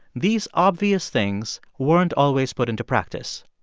these obvious things weren't always put into practice.